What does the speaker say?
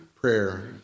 prayer